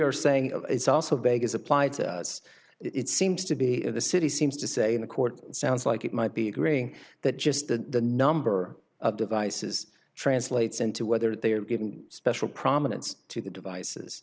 are saying it's also beggars applied to us it seems to be the city seems to say in the court it sounds like it might be agreeing that just that the number of devices translates into whether they are given special prominence to the devices